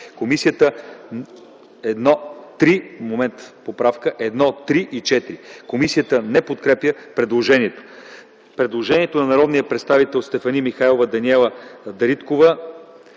Комисията не подкрепя предложението.